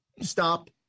Stop